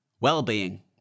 Well-being